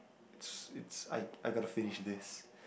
it's it's I I gotta finish this